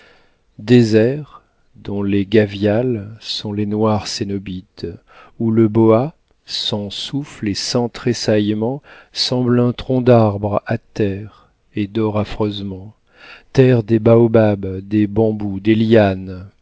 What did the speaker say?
déserts dont les gavials sont les noirs cénobites où le boa sans souffle et sans tressaillement semble un tronc d'arbre à terre et dort affreusement terre des baobabs des bambous des lianes